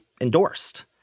endorsed